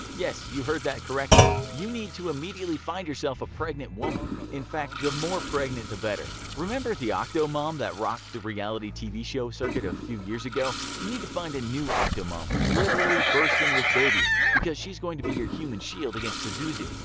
yes, you heard us correctly, you need to immediately find yourself a pregnant woman in fact the more pregnant the better. remember the octomom that rocked the reality show circuit a few years ago? you need to find a new octomom who's literally bursting with babies, because she's going to be your human shield against pazuzu.